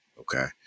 Okay